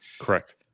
Correct